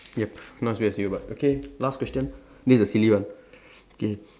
yup not as weird as you but okay last question this the silly one okay